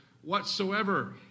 whatsoever